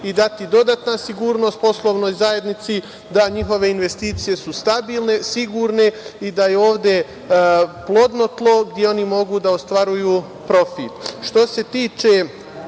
i dati dodatna sigurnost poslovnoj zajednici da njihove investicije su stabilne, sigurne i da je ovde plodno tlo gde oni mogu da ostvaruju profit. Što